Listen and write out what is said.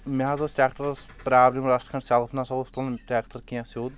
مےٚ حظ ٲس ٹریٚکٹرس پرابلم رژھ کھنٛڈ سٮ۪لف نہ سا اوس تُلان ٹریٚکٹر کینٛہہ سیٚود